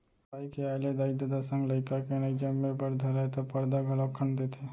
बाई के आय ले दाई ददा संग लइका के नइ जमे बर धरय त परदा घलौक खंड़ देथे